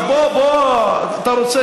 אז בוא, אתה רוצה